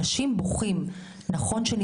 אנשים בוכים.